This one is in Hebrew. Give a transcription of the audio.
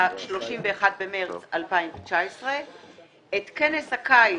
ב-31 במרס 2019. את כנס הקיץ